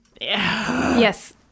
Yes